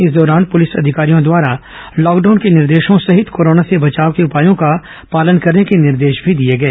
इस दौरान पुलिस अधिकारियों द्वारा लॉकडाउन के निर्देशों सहित कोर्रोना से बचाव के उपायों का पालन करने के निर्देश भी दिए गए